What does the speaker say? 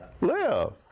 live